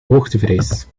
hoogtevrees